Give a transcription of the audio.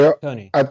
Tony